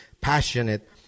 passionate